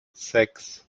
sechs